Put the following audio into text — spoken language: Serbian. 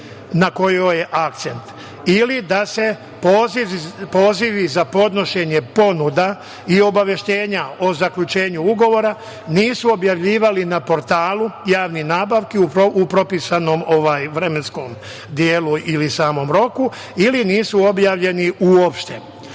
na kojoj je akcent ili da se pozivi za podnošenje ponuda i obaveštenja o zaključenju ugovora nisu objavljivali na portalu javne nabavke u propisanom vremenskom delu ili samom roku ili nisu objavljeni uopšte. Ali,